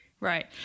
right